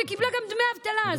וקיבלה גם דמי אבטלה.